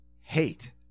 hate